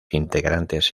integrantes